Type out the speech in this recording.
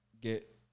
get